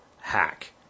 hack